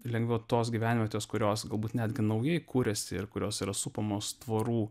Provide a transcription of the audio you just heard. lengva tos gyvenvietės kurios galbūt netgi naujai kuriasi ir kurios yra supamos tvorų